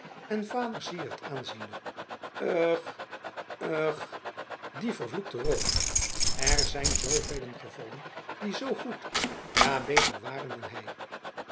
en vader syard aanziende ehugh ehugh die vervloekte rook er zijn er zoovelen gevallen die zoo goed ja beter waren dan hij